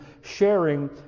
sharing